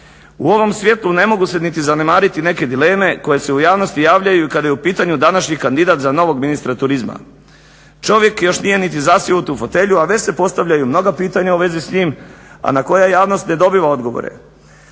U ovom svijetlu ne mogu se niti zanemariti neke dileme koje se u javnosti javljaju i kada je u pitanju današnji kandidat za novog ministra turizma. Čovjek još nije niti zasjeo u tu fotelju, a već se postavljaju mnoga pitanja u vezi s njim, a na koja javnost ne dobiva odgovore.